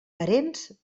parents